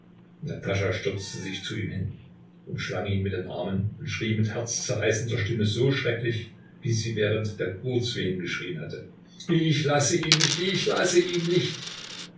stürzte sich zu ihm hin umschlang ihn mit den armen und schrie mit herzzerreißender stimme so schrecklich wie sie während der geburtswehen geschrien hatte ich lasse ihn nicht ich lasse ihn nicht